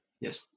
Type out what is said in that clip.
yes